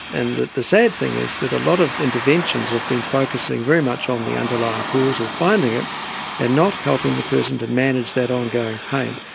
and the the sad thing is that a lot of interventions have been focusing very much on the underlying cause or finding it and not helping the person to manage that ongoing pain.